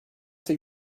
ise